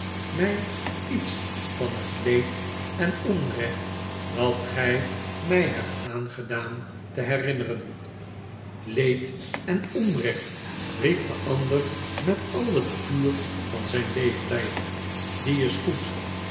mij iets van het leed en onrecht dat gij mij hebt aangedaan te herinneren leed en onrecht riep de ander met al het vuur van zijn leeftijd die is goed